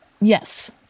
Yes